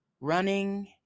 running